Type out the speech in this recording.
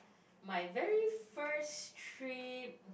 my very first trip